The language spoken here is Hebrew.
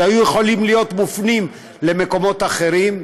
שהיו יכולים להיות מופנים למקומות אחרים.